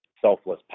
selfless